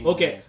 Okay